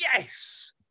Yes